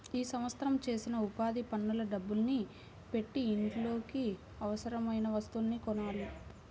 ఈ సంవత్సరం చేసిన ఉపాధి పనుల డబ్బుల్ని పెట్టి ఇంట్లోకి అవసరమయిన వస్తువుల్ని కొనాలి